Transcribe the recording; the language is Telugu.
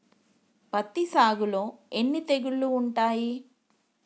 పత్తి సాగులో ఎన్ని తెగుళ్లు ఉంటాయి?